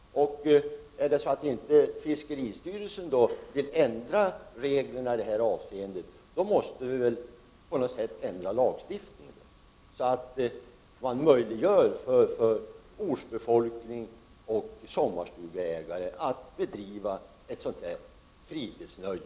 Om fiskeristyrelsen inte skulle vilja ändra reglerna i detta avseende, återstår väl inget annat än att ändra lagstiftningen för att på det sättet möjliggöra detta fritidsnöje för ortsbefolkningen och sommarstugeägarna i nämnda område.